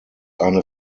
eine